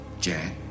Jack